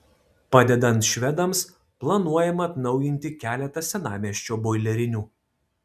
padedant švedams planuojama atnaujinti keletą senamiesčio boilerinių